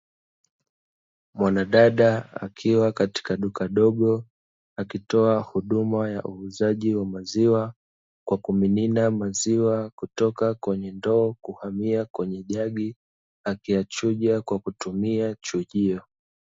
Mwanadada akiwa katika duka dogo, akitoa huduma ya uuzaji wa maziwa kwa kumimina maziwa kutoka kwenye ndoo kuhamia kwenye jagi, akiyachuja kwa kakutumia chujio.